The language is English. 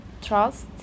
trust